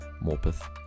Morpeth